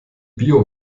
bio